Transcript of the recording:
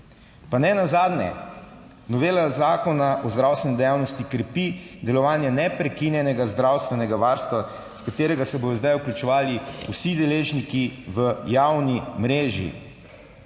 Pa nenazadnje novela Zakona o zdravstveni dejavnosti krepi delovanje neprekinjenega zdravstvenega varstva, iz katerega se bodo zdaj vključevali vsi deležniki v javni mreži.